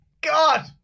God